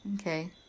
okay